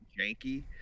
janky